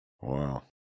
Wow